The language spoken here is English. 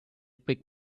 big